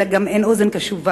אלא גם אין אוזן קשובה.